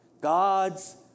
God's